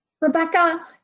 Rebecca